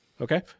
Okay